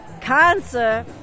cancer